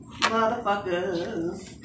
motherfuckers